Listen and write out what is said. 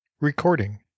Recording